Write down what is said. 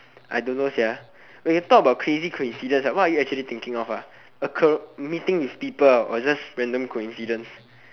I don't know okay talk about crazy coincidence what are you actually thinking of occur meeting with people or just random coincidence